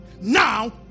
Now